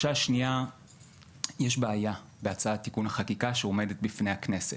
2. יש בעיה בהצעת תיקון החקיקה שעומדת בפני הכנסת.